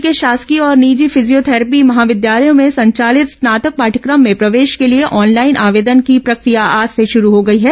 राज्य के शासकीय और निजी फिजियोथेरेपी महाविद्यालयों में संचालित स्नातक पाठ्यक्रम में प्रवेश के लिए ऑनलाइन आवेदन की प्रक्रिया आज से शुरू हो गई है